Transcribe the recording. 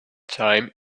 time